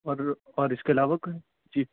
اور اور اس کے علاوہ کوئی چیز